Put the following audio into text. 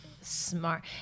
smart